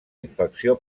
infecció